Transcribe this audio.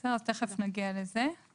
תיכף נגיע לזה.